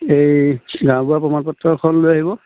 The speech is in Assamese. এই গাঁওবুঢ়াৰ প্ৰমাণ পত্ৰ এখন লৈ আহিব